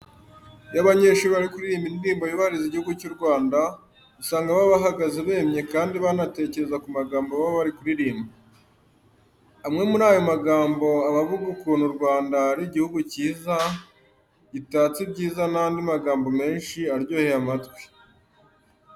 Iyo abanyeshuri bari kuririmba indirimbo yubahiriza Igihugu cy'u Rwanda, usanga baba bahagaze bemye kandi banatekereza ku magambo baba bari kuririmba. Amwe muri ayo magambo aba avuga ukuntu u Rwanda ari Igihugu cyiza, gitatse ibyiza n'andi magambo menshi aryoheye amatwi.